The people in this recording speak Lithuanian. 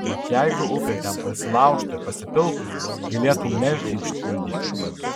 juk jeigu upė ten prasilaužtų ir pasipiltų galėtų memfį užtvindyti